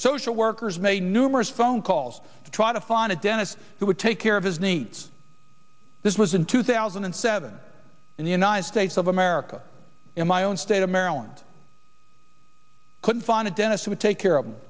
social workers may numerous phone calls to try to find a dentist who would take care of his needs this was in two thousand and seven in the united states of america in my own state of maryland couldn't find a dentist who would take care of them